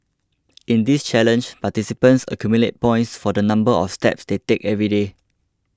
in this challenge participants accumulate points for the number of steps they take every day